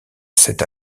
cet